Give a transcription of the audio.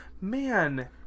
Man